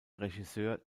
regisseur